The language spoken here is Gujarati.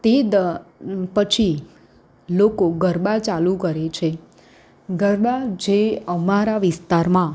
તે પછી લોકો ગરબા ચાલુ કરે છે ગરબા જે અમારા વિસ્તારમાં